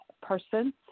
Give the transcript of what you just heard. person